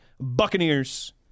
Buccaneers